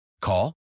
Call